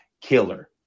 Killer